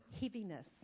heaviness